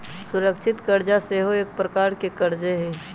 सुरक्षित करजा सेहो एक प्रकार के करजे हइ